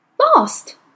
lost